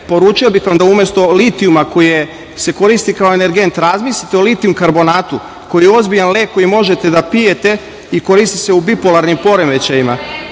poručio bih da umesto litijuma koji se koristi kao energent razmislite o litijum-karbonatu koji je ozbiljan lek koji možete da pijete i koristi se u bipolarnim poremećajima,